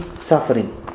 suffering